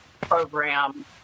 program